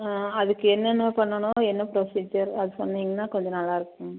ஆ அதுக்கு என்னென்ன பண்ணணும் என்ன ப்ரொசீஜர் அதை சொன்னிங்கன்னால் கொஞ்சம் நல்லா இருக்குங்க